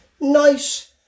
Nice